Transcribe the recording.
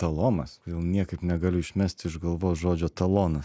talomas jau niekaip negaliu išmesti iš galvos žodžio talonas